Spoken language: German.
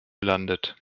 landet